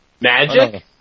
Magic